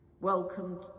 Welcome